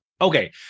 Okay